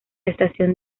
estación